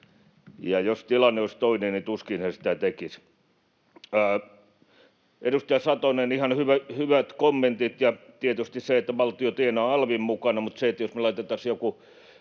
Jos tilanne olisi toinen, niin tuskin he sitä tekisivät. Edustaja Satonen, ihan hyvät kommentit, ja tietysti valtio tienaa alvin mukana, mutta jos me laitettaisiin joku